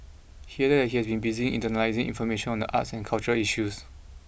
he added that he has been busy internalising information on the arts and cultural issues